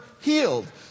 healed